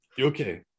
Okay